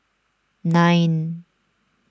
nine